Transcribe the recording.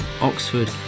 Oxford